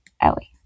ellie